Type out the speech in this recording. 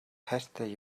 хайртай